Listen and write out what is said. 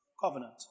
covenant